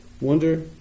wonder